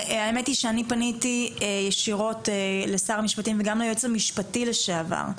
האמת היא שאני פניתי ישירות לשר המשפטים וגם ליועץ המשפטי לשעבר,